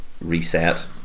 reset